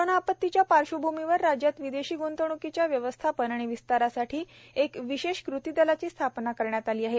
corona आपत्तीच्या पार्श्वभूमीवर राज्यात विदेशी ग्ंतवण्कीच्या व्यवस्थापन आणि विस्तारासाठी एका विशेष कृतीदलाची स्थापना करण्यात आली आहे